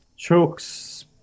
Chooks